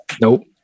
Nope